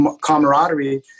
camaraderie